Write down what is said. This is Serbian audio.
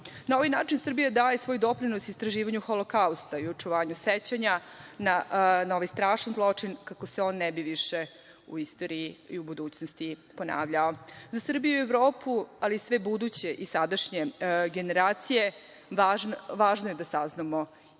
ovaj način, Srbija daje svoj doprinos istraživanju Holokausta i očuvanju sećanja na ovaj strašan zločin kako se on ne bi više u istoriji i u budućnosti ponavljao.Za Srbiju i Evropu, ali i sve buduće i sadašnje generacije, važno je da saznamo istinu